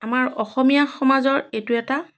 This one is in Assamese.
আমাৰ অসমীয়া সমাজৰ এইটো এটা